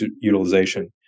utilization